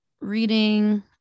reading